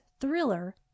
Thriller